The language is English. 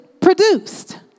produced